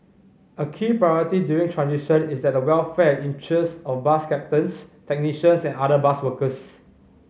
a key priority during transition is that the welfare interest of bus captains technicians and other bus workers